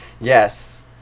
Yes